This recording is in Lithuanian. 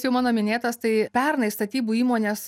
jau mano minėtas tai pernai statybų įmonės